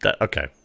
Okay